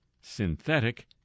synthetic